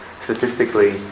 statistically